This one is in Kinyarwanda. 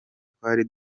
twari